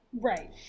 Right